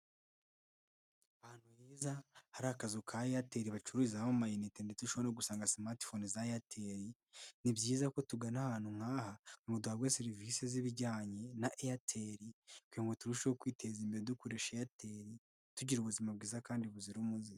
Ahantu heza hari akazu ka Airtel bacururizaho amainite ndetse ushobora kuhasanga smarthone za Airtel. Ni byiza ko tugana ahantu nkaha ngo duhabwe serivisi z'ibijyanye na Airtel turusheho kwiteza imbere dukoresha Airtel tugira ubuzima bwiza kandi buzira umuze.